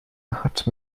hat